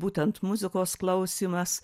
būtent muzikos klausymas